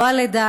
לא על עדה,